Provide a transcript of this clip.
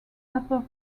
upper